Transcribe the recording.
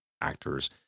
actors